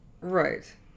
Right